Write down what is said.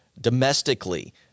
domestically